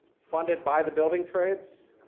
funded by the building trades.